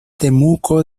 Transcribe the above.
temuco